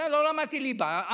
בסדר, לא למדתי ליבה.